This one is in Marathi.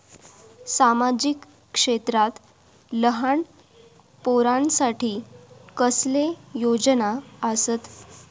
सामाजिक क्षेत्रांत लहान पोरानसाठी कसले योजना आसत?